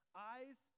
eyes